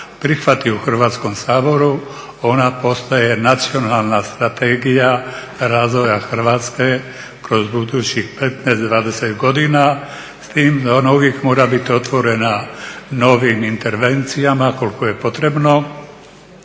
u Hrvatskom saboru ona postaje nacionalna strategija razvoja Hrvatske kroz budućih 15, 20 godina s tim da ona uvijek mora biti otvorena novim intervencijama koliko je potrebno